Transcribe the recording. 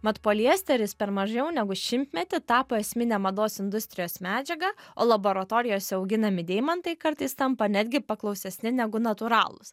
mat poliesteris per mažiau negu šimtmetį tapo esmine mados industrijos medžiaga o laboratorijose auginami deimantai kartais tampa netgi paklausesni negu natūralūs